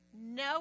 no